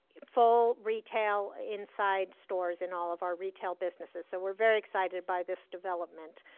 full retail inside stores and all of our retail businesses. so we're very excited by this development.